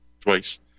twice